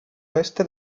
oeste